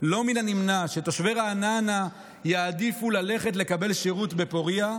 מן הנמנע שתושבי רעננה יעדיפו ללכת לקבל שירות בפוריה.